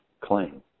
claim